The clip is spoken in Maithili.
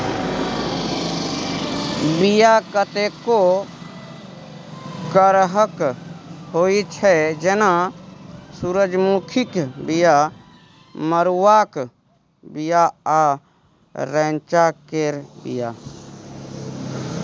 बीया कतेको करहक होइ छै जेना सुरजमुखीक बीया, मरुआक बीया आ रैंचा केर बीया